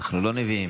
אנחנו לא נביאים.